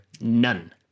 none